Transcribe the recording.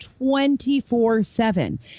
24-7